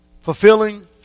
fulfilling